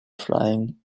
flying